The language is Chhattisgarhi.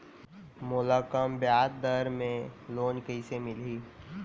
मोला कम ब्याजदर में लोन कइसे मिलही?